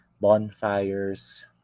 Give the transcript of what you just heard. bonfires